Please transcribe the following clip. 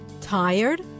tired